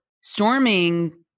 Storming